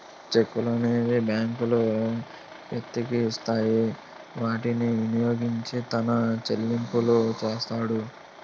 చెక్కులనేవి బ్యాంకులు వ్యక్తికి ఇస్తాయి వాటిని వినియోగించి తన చెల్లింపులు చేస్తాడు